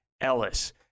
ellis